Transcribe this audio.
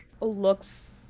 looks